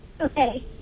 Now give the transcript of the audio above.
Okay